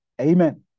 Amen